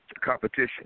competition